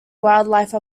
wildlife